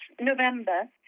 November